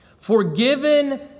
Forgiven